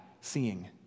seeing